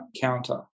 counter